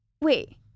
Wait